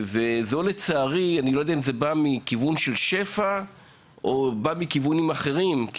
אני לא יודע אם זה קורה בגלל שפע או בגלל דברים אחרים.